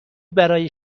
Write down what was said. برای